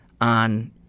on